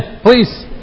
please